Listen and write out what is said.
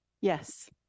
Yes